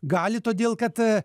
gali todėl kad